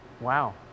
Wow